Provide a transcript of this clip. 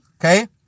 okay